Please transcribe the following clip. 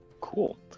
Cool